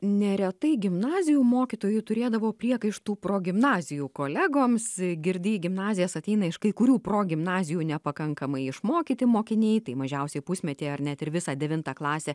neretai gimnazijų mokytojai turėdavo priekaištų progimnazijų kolegoms girdi į gimnazijas ateina iš kai kurių progimnazijų nepakankamai išmokyti mokiniai tai mažiausiai pusmetį ar net ir visą devintą klasę